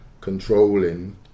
controlling